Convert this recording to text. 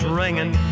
ringing